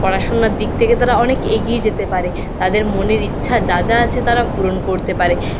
পড়াশোনার দিক থেকে তারা অনেক এগিয়ে যেতে পারে তাদের মনের ইচ্ছা যা যা আছে তারা পূরণ করতে পারে